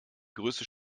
größte